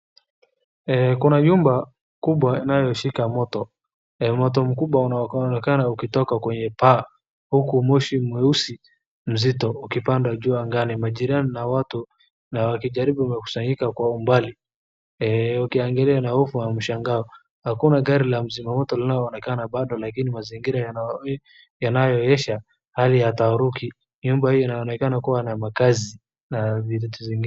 Kuna nyumba kubwa inayoshika moto. Moto mkubwa unaoonekana ukitoka kwenye paa huku moshi mweusi mzito ukipanda juu angani. Majirani na watu wakijaribu kukusanyika kwa umbali wakiangalia na ufa wa mshangao. Hakuna gari za mzima moto linaloonekana bado lakini mazingira yanaonenyesha hali ya taharuki. Nyumba hii inaonekana kuwa na makzi na vitu zingine.